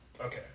okay